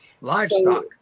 Livestock